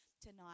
tonight